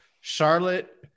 Charlotte